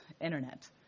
internet